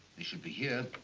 should be here.